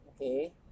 Okay